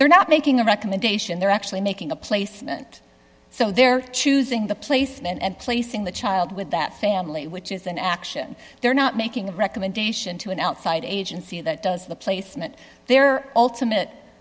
they're not making a recommendation they're actually making a placement so they're choosing the placement and placing the child with that family which is an action there not making a recommendation to an outside agency that does the placement their ultimate